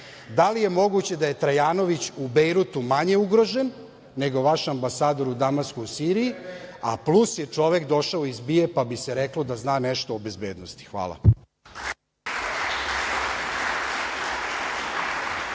Da li je moguće da je Trajanović u Bejrutu manje ugrožen, nego vaš ambasador u Damasku, u Siriji, a plus je čovek došao iz BIA-e, pa bi se reklo da zna nešto o bezbednosti? Hvala.